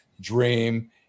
dream